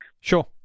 Sure